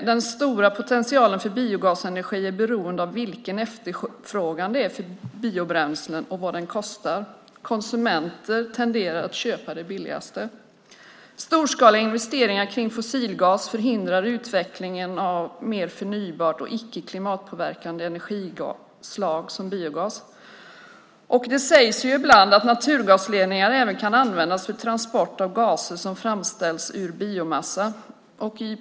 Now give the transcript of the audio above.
Den stora potentialen för biogasenergi är beroende av vilken efterfrågan det är på biobränslen och vad den kostar. Konsumenter tenderar att köpa det billigaste. Storskaliga investeringar kring fossilgas förhindrar utvecklingen av mer förnybara och icke klimatpåverkande energislag som biogas. Det sägs ibland att naturgasledningar även kan användas för transport av gaser som framställs ur biomassa.